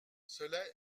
cela